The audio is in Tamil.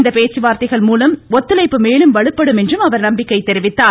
இந்த பேச்சுவார்த்தைகள் மூலம் ஒத்துழைப்பு மேலும் வலுப்படும் என்று அவர் நம்பிக்கை தெரிவித்தார்